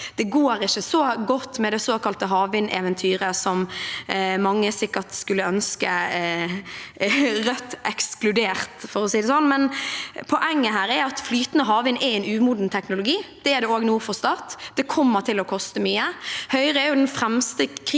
at det ikke går så godt med det såkalte havvindeventyret som mange sikkert skulle ønske – Rødt ekskludert, for å si det sånn. Poenget er at flytende havvind er en umoden teknologi. Det er det også nord for Stad. Det kommer til å koste mye. Høyre er den fremste kritikeren